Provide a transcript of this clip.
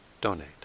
donate